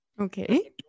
Okay